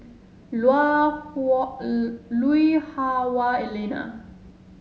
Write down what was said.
Hua Lui Hah Wah Elena